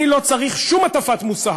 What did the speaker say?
אני לא צריך שום הטפת מוסר,